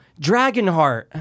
Dragonheart